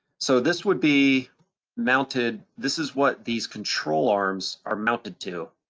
so this would be mounted. this is what these control arms are mounted to,